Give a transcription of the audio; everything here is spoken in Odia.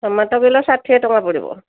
ଟମାଟୋ କିଲୋ ଷାଠିଏ ଟଙ୍କା ପଡ଼ିବ